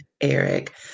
Eric